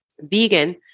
Vegan